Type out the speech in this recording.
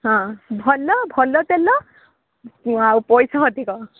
ହଁ ଭଲ ଭଲ ତେଲ ଆଉ ପଇସା ଅଧିକ